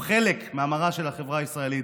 או חלק מהמראה של החברה הישראלית.